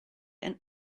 and